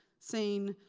saying,